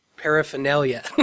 paraphernalia